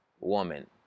woman